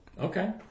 Okay